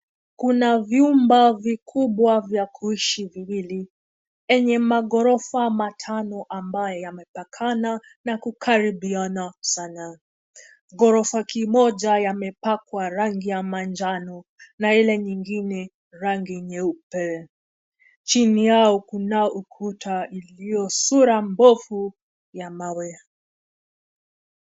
Kuna vyumba vikubwa vya kuishi viwili enye maghorofa matano ambayo yamepakana na kukaribiana sana. Ghorofa kimoja yamepakwa rangi ya manjano na ile nyingine rangi nyeupe. Chini yao kuna ukuta iliyo sura mbovu ya mawe.